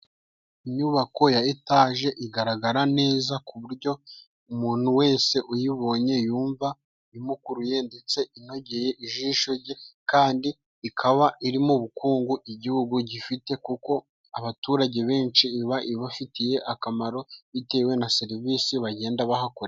Inyubako ya etaje igaragara neza ku buryo umuntu wese uyibonye yumva imukuruye, ndetse inogeye ijisho jye, kandi ikaba irimo ubukungu igihugu gifite kuko abaturage benshi iba ibafitiye akamaro, bitewe na serivisi bagenda bahakorera.